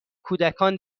کودکان